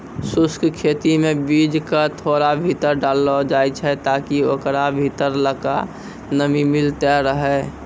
शुष्क खेती मे बीज क थोड़ा भीतर डाललो जाय छै ताकि ओकरा भीतरलका नमी मिलतै रहे